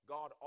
God